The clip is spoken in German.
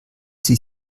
sie